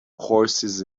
horses